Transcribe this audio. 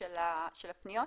של הפניות.